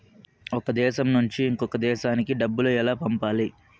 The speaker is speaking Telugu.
ఒక దేశం నుంచి ఇంకొక దేశానికి డబ్బులు ఎలా పంపాలి?